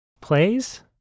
plays